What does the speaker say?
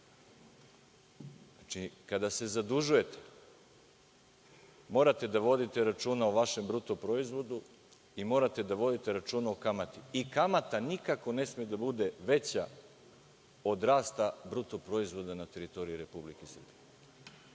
premijer. Kada se zadužujete morate da vodite računa o vašem bruto proizvodu i morate da vodite računa o kamati, i kamata nikako ne sme da bude veća od rasta bruto proizvoda na teritoriji Republike Srbije,